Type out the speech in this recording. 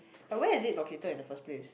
but where is it located at the first place